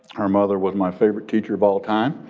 her mother was my favorite teacher of all time.